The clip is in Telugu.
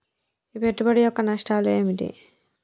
ఈ పెట్టుబడి యొక్క నష్టాలు ఏమిటి?